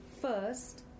First